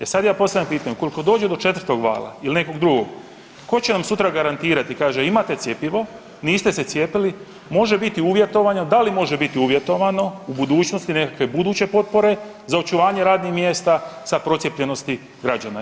E sad ja postavljam pitanje, ukoliko dođe do 4 vala ili nekog drugog tko će nam sutra garantirati kaže imate cjepivo, niste se cijepili, može biti uvjetovanja, da li može biti uvjetovano u budućnosti nekakve buduće potpore za očuvanje radnih mjesta sa procijepljenosti građana.